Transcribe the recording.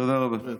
תודה רבה.